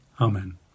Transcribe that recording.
Amen